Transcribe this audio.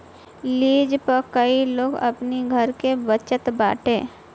lease पे कई लोग अपनी घर के बचत बाटे